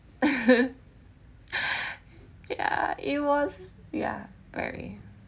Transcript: ya it was ya very